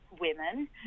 women